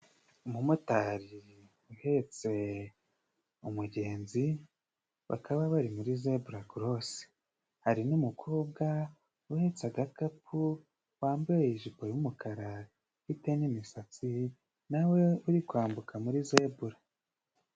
Umumotari uhetse umugenzi, bakaba bari muri zeburakorosi. Hari n'umukobwa uhetse agakapu wambaye ijipo y'umukara, ufite n'imisatsi nawe uri kwambuka muri zebura.